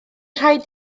rhaid